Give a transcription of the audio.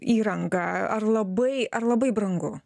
įrangą ar labai ar labai brangu